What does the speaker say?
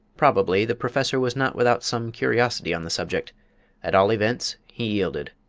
probably the professor was not without some curiosity on the subject at all events he yielded.